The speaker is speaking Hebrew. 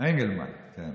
אנגלמן, כן.